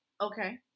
Okay